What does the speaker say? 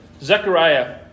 Zechariah